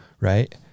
Right